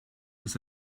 ist